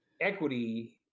equity